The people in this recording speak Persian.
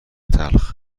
تلخ